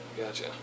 Gotcha